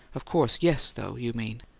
of course yes, though, you mean!